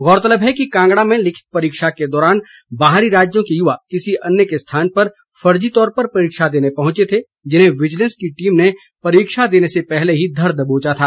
गौरतलब है कि कांगड़ा में लिखित परीक्षा के दौरान बाहरी राज्यों के युवा किसी अन्य के स्थान पर फर्जी तौर पर परीक्षा देने पहुंचे थे जिन्हें विजिलेंस की टीम ने परीक्षा देने से पहले ही धर दबोचा था